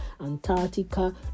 Antarctica